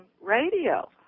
radio